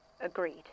agreed